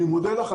אני מודה לך.